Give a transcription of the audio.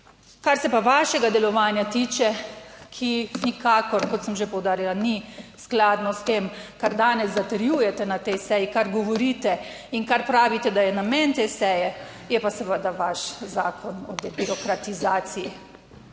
Kar se pa vašega delovanja tiče, ki nikakor, kot sem že poudarila, ni skladno s tem, kar danes zatrjujete na tej seji, kar govorite in kar pravite, da je namen te seje, je pa seveda vaš Zakon o debirokratizaciji.